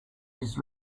his